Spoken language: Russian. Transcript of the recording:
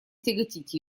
тяготить